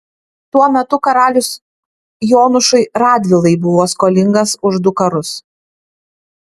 tuo metu karalius jonušui radvilai buvo skolingas už du karus